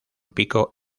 pico